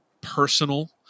personal